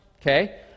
okay